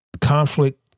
Conflict